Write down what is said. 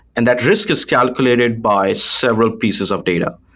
and that risk is calculated by several pieces of data.